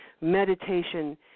meditation